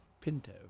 Pinto